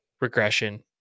regression